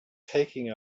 taking